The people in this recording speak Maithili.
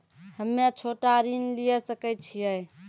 हम्मे छोटा ऋण लिये सकय छियै?